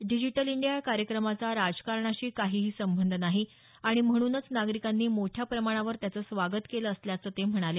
digital India या कार्यक्रमाचा राजकारणाशी काहीही संबंध नाही आणि म्हणूनच नागरिकांनी मोठ्या प्रमाणावर त्याचं स्वागत केलं असल्याचं ते म्हणाले